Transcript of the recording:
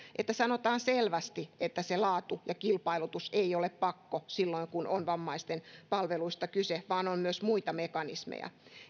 että sanotaan selvästi että se laatu ja kilpailutus ei ole pakko silloin kun on vammaisten palveluista kyse vaan on myös muita mekanismeja